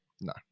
No